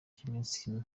cy’iminsi